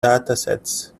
datasets